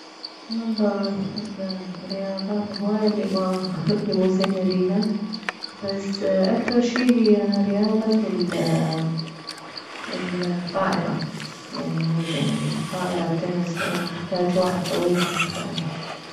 والله الرياضات هواية الي ما مو زينة بيها بس اكثر شي هي رياضة الطائرة يعني مو زينة بيها الطائرة التنس لان تحتاج واحد طويل واني كصيرة